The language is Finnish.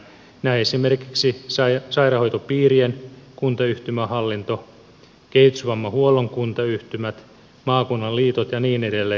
näin esimerkiksi sairaanhoitopiirien kuntayhtymähallinto kehitysvammahuollon kuntayhtymät maakunnan liitot ja niin edelleen